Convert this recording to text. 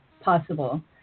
possible